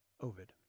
Ovid